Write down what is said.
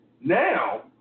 now